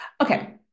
Okay